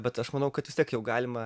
bet aš manau kad vis tiek jau galima